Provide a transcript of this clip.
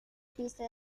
pista